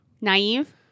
Naive